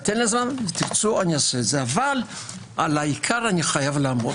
בהינתן הזמן אבל על העיקר אני חייב לעמוד